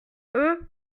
eux